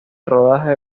rodaje